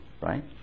right